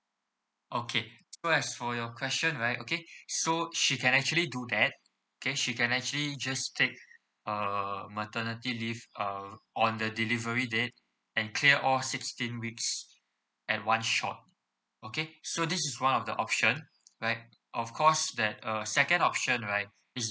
okay so as for your question right okay so she can actually do that okay she can actually just take uh maternity leave uh on the delivery date and clear all sixteen weeks at one shot okay so this is one of the option right of course that uh second option right is